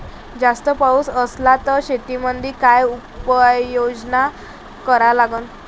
जास्त पाऊस असला त शेतीमंदी काय उपाययोजना करा लागन?